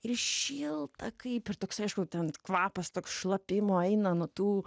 ir šilta kaip ir toks aišku ten kvapas toks šlapimo eina nuo tų